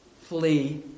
Flee